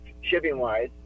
shipping-wise